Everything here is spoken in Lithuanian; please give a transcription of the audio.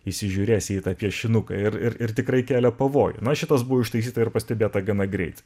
įsižiūrėsi į tą piešinuką ir ir ir tikrai kelia pavojų na šitas buvo ištaisyta ir pastebėta gana greit